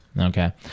Okay